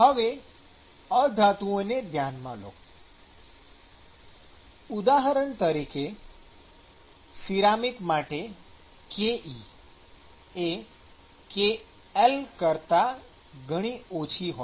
હવે અધાતુઓને ધ્યાનમાં લો ઉદાહરણ તરીકે સિરામિક માટે ke એ kl કરતા ઘણી ઓછી હોય છે